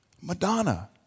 Madonna